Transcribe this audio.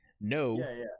no